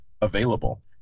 available